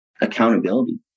accountability